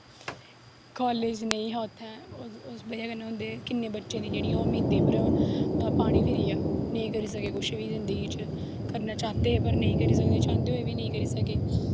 college नेईं हा इत्थै उस बजह कन्नै किन्ने बच्चें दी उम्मीदें पर पानी फिरिया नेईं करी सके कुछ बी जिन्दगी च करना चाह्दे हे पर नेईं करी सके चांह्दे होई बी नेईं करी सके